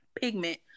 pigment